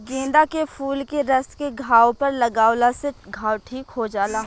गेंदा के फूल के रस के घाव पर लागावला से घाव ठीक हो जाला